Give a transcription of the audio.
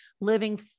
living